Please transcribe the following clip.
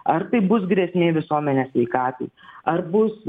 ar tai bus grėsmė visuomenės sveikatai ar bus